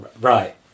right